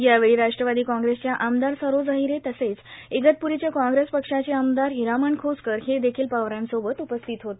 यावेळी राष्ट्रवादी काँग्रेसच्या आमदार सरोज आहिरे तसेच इगतप्रीचे काँग्रेस पक्षाचे आमदार हिरामण खोसकर हे देखील पवारांसोबत उपस्थित होते